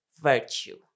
virtue